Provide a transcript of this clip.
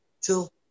till